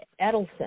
Edelson